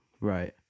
Right